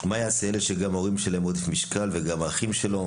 מה יעשה ילד שגם ההורים שלו עם עודף משקל וגם האחים שלו?